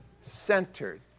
centered